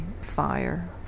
fire